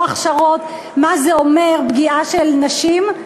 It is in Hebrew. הכשרות: מה זה אומר פגיעה של נשים,